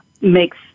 makes